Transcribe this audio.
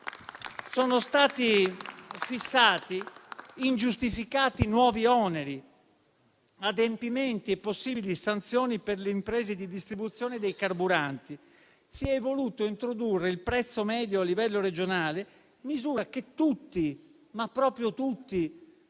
Sono stati fissati ingiustificati nuovi oneri, adempimenti e possibili sanzioni per le imprese di distribuzione dei carburanti. Si è voluto introdurre il prezzo medio a livello regionale: misura che tutti, ma proprio tutti